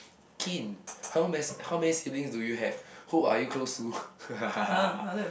keen how many how many siblings do you have who are you close to